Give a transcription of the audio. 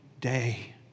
day